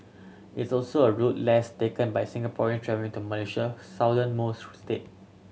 it's also a route less taken by Singaporean travelling to Malaysia southernmost state